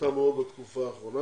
שעלתה מאוד בתקופה האחרונה.